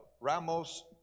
Ramos